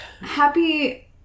happy